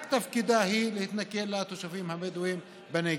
שתפקידה הוא רק להתנכל לתושבים הבדואים בנגב.